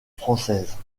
française